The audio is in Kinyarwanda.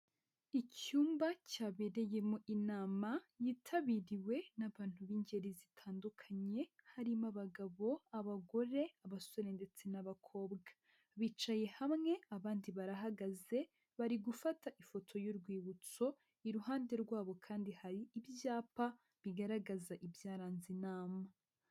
Icyumba cyabereyemo inama yitabiriwe n'abantu b'ingeri zitandukanye, harimo abagabo, abagore, abasore ndetse n'abakobwa, bicaye hamwe abandi barahagaze, bari gufata ifoto y'urwibutso, iruhande rwabo kandi hari ibyapa bigaragaza ibyaranze inama.